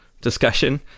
discussion